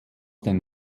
den